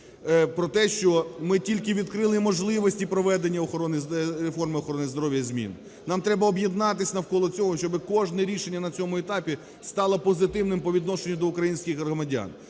про те. що ми тільки відкрили можливості проведення охорони… реформи охорони здоров'я і змін, нам треба об'єднатись навколо цього, щоб кожне рішення на цьому етапі стало позитивним по відношенню до українських громадян.